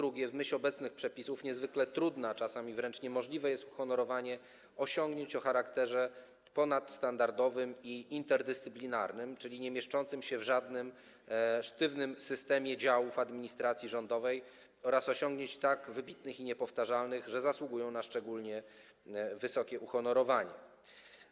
Po drugie, w myśl obecnych przepisów niezwykle trudne, a czasami wręcz niemożliwe jest uhonorowanie osiągnięć o charakterze ponadstandardowym i interdyscyplinarnym, czyli niemieszczących się w żadnym sztywnym systemie działów administracji rządowej, oraz osiągnięć tak wybitnych i niepowtarzalnych, że zasługują na szczególne uhonorowanie.